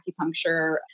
acupuncture